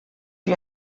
you